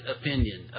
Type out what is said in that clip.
opinion